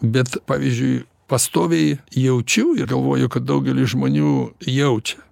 bet pavyzdžiui pastoviai jaučiu ir galvoju kad daugelis žmonių jaučia